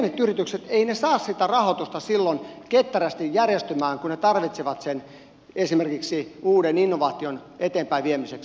eivät pienet yritykset saa sitä rahoitusta silloin ketterästi järjestymään kun ne tarvitsevat sen esimerkiksi uuden innovaation eteenpäinviemiseksi